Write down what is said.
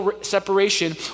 separation